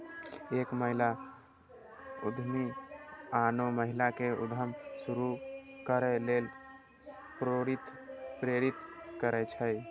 एक महिला उद्यमी आनो महिला कें उद्यम शुरू करै लेल प्रेरित करै छै